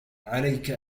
عليك